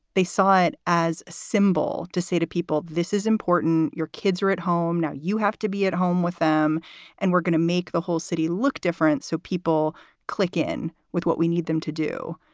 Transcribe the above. they saw it as a symbol to say to people, this is important. your kids are at home now. you have to be at home with them and we're going to make the whole city look different. so people click in with what we need them to do.